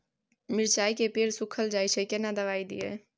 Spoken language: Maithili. मिर्चाय के पेड़ सुखल जाय छै केना दवाई दियै?